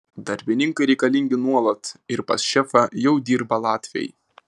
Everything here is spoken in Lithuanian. darbininkai reikalingi nuolat ir pas šefą jau dirba latviai